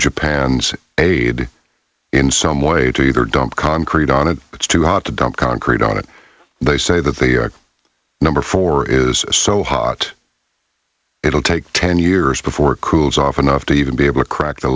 japan's aid in some way to either dump concrete on it it's too hot to dump concrete on it they say that the number four is so hot it'll take ten years before cools off enough to even be able to crack the